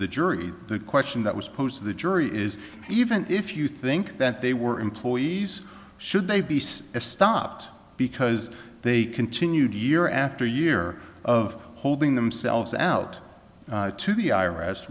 the jury the question that was posed to the jury is even if you think that they were employees should they be so as stopped because they continued year after year of holding themselves out to the i